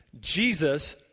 Jesus